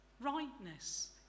rightness